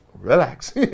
relax